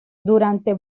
durante